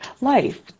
life